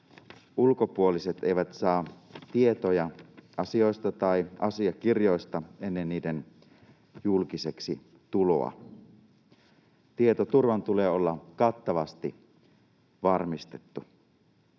ulkopuoliset eivät saa tietoja asioista tai asiakirjoista ennen niiden julkiseksi tuloa. Tietoturvan tulee olla kattavasti varmistettu.